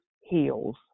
heals